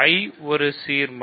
I ஒரு சீர்மம்